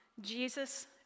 Jesus